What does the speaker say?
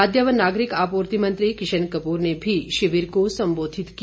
खाद्य व नागरिक आपूर्ति मंत्री किशन कपूर ने भी शिविर को संबोधित किया